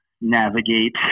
navigate